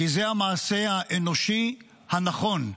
כי זה המעשה האנושי הנכון.